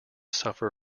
suffer